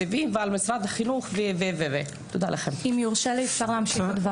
ומשם אפשר יהיה להתקדם ולדבר על תקציבים ותוכניות וכולי.